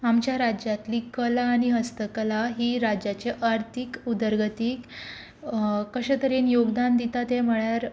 आमच्या राज्यांतली कला आनी हस्तकला ही राज्याच्या आर्थीक उदरगतीक कशें तरेन योगदान दिता तें म्हळ्यार